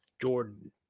Jordan